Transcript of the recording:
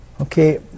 Okay